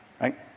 right